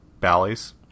bally's